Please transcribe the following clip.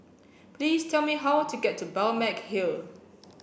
please tell me how to get to Balmeg Hill